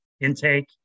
intake